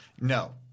No